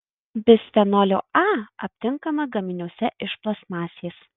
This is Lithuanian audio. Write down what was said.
bisfenolio a aptinkama gaminiuose iš plastmasės